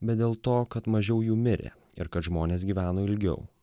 bet dėl to kad mažiau jų mirė ir kad žmonės gyveno ilgiau